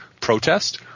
protest